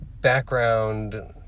background